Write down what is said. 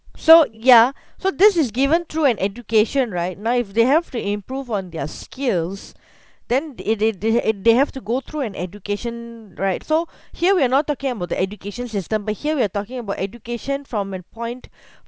so ya so this is given through an education right now if they have to improve on their skills then they they they they have to go through an education right so here we are not talking about the education system but here we are talking about education from a point